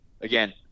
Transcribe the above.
Again